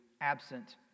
absent